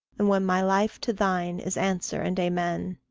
and when my life to thine is answer and amen.